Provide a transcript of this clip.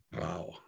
Wow